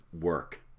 work